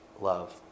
Love